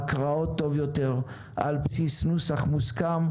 יותר ההקראות ויהיו על בסיס נוסח מוסכם,